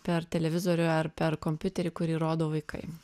per televizorių ar per kompiuterį kurį rodo vaikai